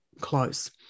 close